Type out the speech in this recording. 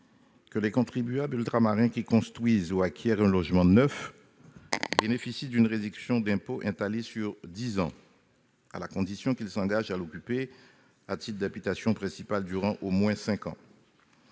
que les contribuables ultramarins qui font construire ou qui acquièrent un logement neuf bénéficient d'une réduction d'impôt étalée sur dix ans, à la condition qu'ils s'engagent à l'occuper au titre d'habitation principale durant au moins cinq